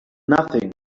nothing